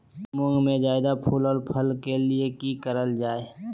मुंग में जायदा फूल और फल के लिए की करल जाय?